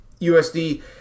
USD